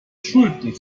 schulden